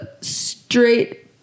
straight